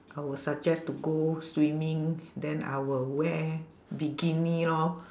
I will suggest to go swimming then I will wear bikini lor